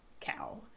cow